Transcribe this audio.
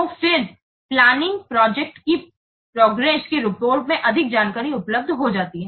तो फिर planning project की प्रोग्रेस के रूप में अधिक जानकारी उपलब्ध हो जाती है